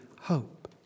hope